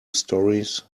storeys